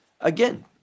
again